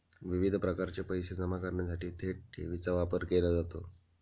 विविध प्रकारचे पैसे जमा करण्यासाठी थेट ठेवीचा वापर केला जातो